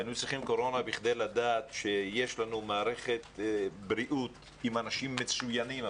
היינו צריכים קורונה כדי לדעת שיש לנו מערכת בריאות עם אנשים מצוינים,